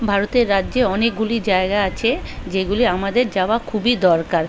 ভারতের রাজ্যে অনেকগুলি জায়গা আছে যেগুলি আমাদের যাওয়া খুবই দরকার